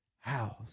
house